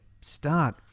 start